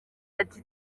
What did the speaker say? ati